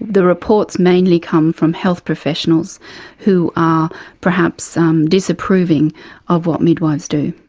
the reports mainly come from health professionals who are perhaps um disapproving of what midwives do.